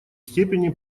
степени